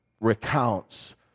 recounts